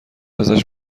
ازش